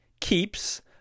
keeps